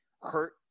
hurt